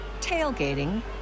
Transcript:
tailgating